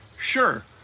Sure